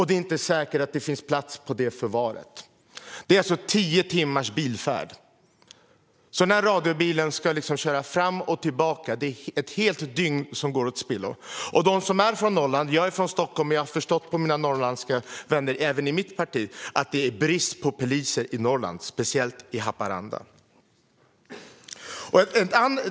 Det är inte säkert att det finns plats på det förvaret. Det är alltså fråga om tio timmars bilfärd. När radiobilen ska köra fram och tillbaka är det ett helt dygn som går till spillo. Jag är från Stockholm, men jag har förstått på mina norrländska vänner i mitt parti att det är brist på poliser i Norrland, speciellt i Haparanda.